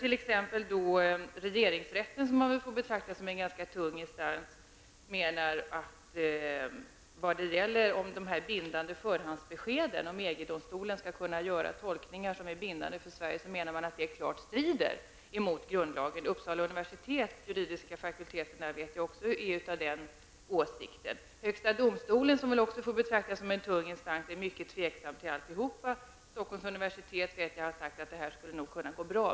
T.ex. regeringsrätten, som man väl får betrakta som en tung instans, menar att de bindande förhandsbeskeden och att EG-domstolen skall kunna göra tolkningar som är bindande för Sverige klart strider mot grundlagen. Jag vet att också Uppsala universitets juridiska fakultet är av den åsikten. Högsta domstolen, som också betraktas som en tung instans, är mycket tveksam till allt. Jag vet att Stockholms universitet har yttrat att detta nog skall kunna gå bra.